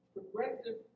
Progressive